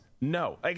No